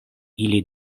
ili